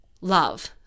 love